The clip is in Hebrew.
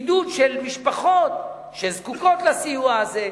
עידוד של משפחות שזקוקות לסיוע הזה.